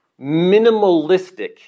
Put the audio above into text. minimalistic